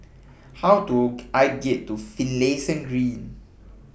How Do I get to Finlayson Green